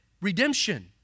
redemption